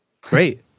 Great